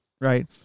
right